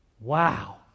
Wow